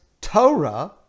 torah